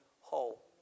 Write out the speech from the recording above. whole